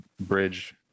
bridge